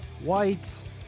white